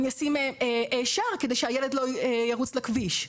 אני אשים שער כדי שהילד לא ירוץ לכביש.